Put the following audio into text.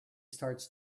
starts